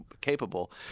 capable